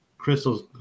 Crystals